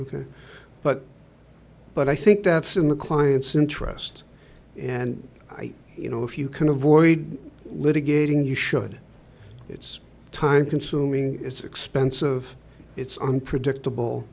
ok but but i think that's in the client's interest and you know if you can avoid litigating you should time consuming it's expensive it's unpredictable